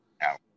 out